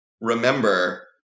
Remember